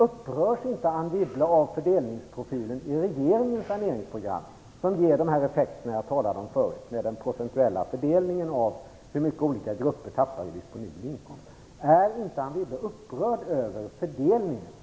Upprörs inte Anne Wibble av fördelningsprofilen i regeringens saneringsprogram, som ger de effekter jag tidigare talade om när det gäller hur mycket olika grupper tappar procentuellt sett i disponibel inkomst? Är inte Anne Wibble upprörd över fördelningen?